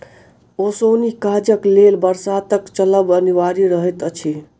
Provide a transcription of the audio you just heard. ओसौनी काजक लेल बसातक चलब अनिवार्य रहैत अछि